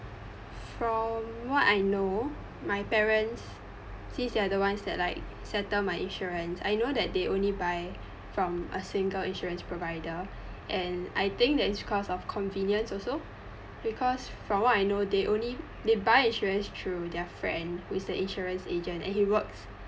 from what I know my parents since they are the ones that like settle my insurance I know that they only buy from a single insurance provider and I think that is because of convenience also because from what I know they only they buy insurance through their friend who is their insurance agent and he works